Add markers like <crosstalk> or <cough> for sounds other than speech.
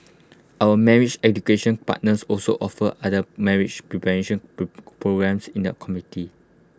our marriage education partners also offer other marriage preparation pro <hesitation> programmes in that community